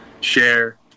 share